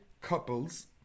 couples